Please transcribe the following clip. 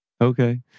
Okay